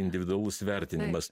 individualus vertinimas